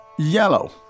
yellow